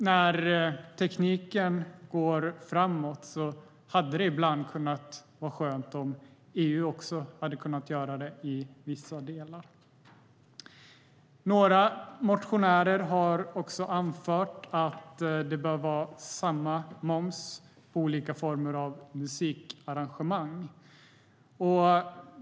När tekniken nu går framåt hade det varit skönt om också EU hade gjort det i vissa delar. Några motionärer anför också att det bör vara samma moms på olika former av musikarrangemang.